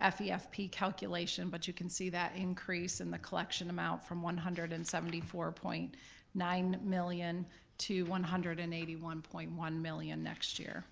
ah fefp calculation, but you can see that increase in the collection amount from one hundred and seventy four point nine million to one hundred and eighty one point one million next year.